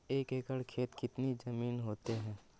एक एकड़ खेत कितनी जमीन होते हैं?